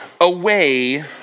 away